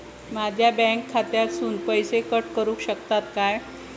माझ्या बँक खात्यासून पैसे कट करुक शकतात काय?